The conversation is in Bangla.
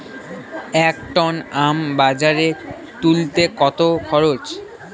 এক টন আম বাজারে তুলতে কত খরচ?